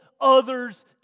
others